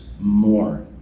more